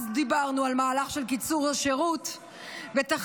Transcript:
אז דיברנו על מהלך של קיצור השירות ותכלית